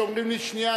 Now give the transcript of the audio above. כשאומרים לי שנייה,